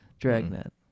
dragnet